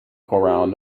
koran